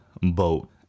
boat